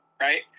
right